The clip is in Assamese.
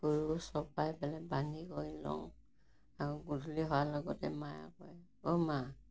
গৰু চপাই পেলাই বান্ধি কৰি লওঁ আৰু গধূলি হোৱাৰ লগতে মায়ে কয় অ' মা